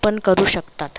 पण करू शकतात